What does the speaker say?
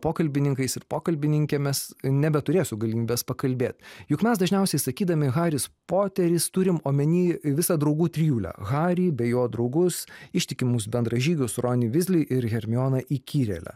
pokalbininkais ir pokalbininkėmis nebeturėsiu galimybės pakalbėt juk mes dažniausiai sakydami haris poteris turim omeny visą draugų trijulę harį bei jo draugus ištikimus bendražygius ronį vizlį ir hermioną įkyrėlę